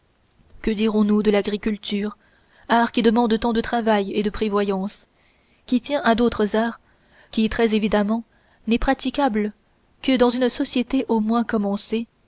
que dirons-nous de l'agriculture art qui demande tant de travail et de prévoyance qui tient à d'autres arts qui très évidemment n'est praticable que dans une société au moins commencée